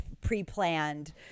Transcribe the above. pre-planned